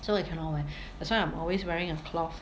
so I cannot wear that's why I'm always wearing a cloth